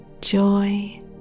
joy